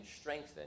strengthen